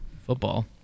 football